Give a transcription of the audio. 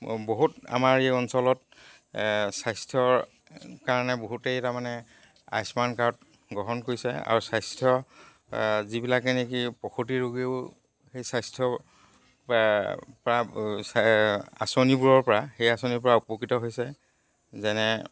বহুত আমাৰ এই অঞ্চলত স্বাস্থ্যৰ কাৰণে বহুতেই তাৰমানে আয়ুস্মান কাৰ্ড গ্ৰহণ কৰিছে আৰু স্বাস্থ্য যিবিলাকে নেকি প্ৰসূতি ৰোগীও সেই স্বাস্থ্য আঁচনিবোৰৰ পৰা সেই আঁচনিৰ পৰা উপকৃত হৈছে যেনে